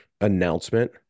announcement